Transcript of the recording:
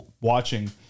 watching